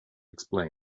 explain